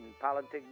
politics